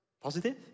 Positive